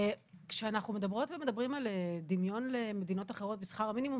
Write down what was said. כשאנחנו מדברות ומדברים על דמיון למדינות אחרות בשכר המינימום,